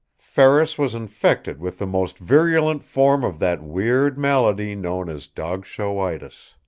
ferris was infected with the most virulent form of that weird malady known as dog-showitis.